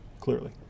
clearly